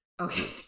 okay